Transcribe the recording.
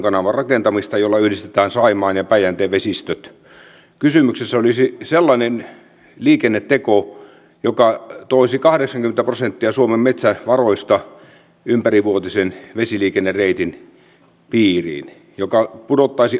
itse istun tuolla salin perällä ja valitettavasti meteli on joskus niin kova että en pysty kuulemaan kaikkia keskusteluja joita tässä salissa käydään